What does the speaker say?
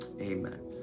amen